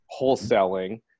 wholesaling